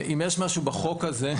אם יש משהו בחוק הזה,